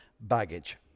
Baggage